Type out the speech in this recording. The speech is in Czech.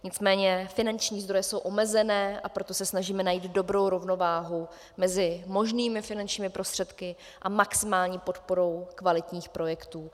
Nicméně finanční zdroje jsou omezené, a proto se snažíme najít dobrou rovnováhu mezi možnými finančními prostředky a maximální podporou kvalitních projekt.